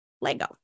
Lego